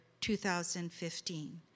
2015